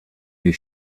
you